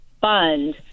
fund